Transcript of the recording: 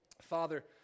Father